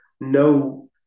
no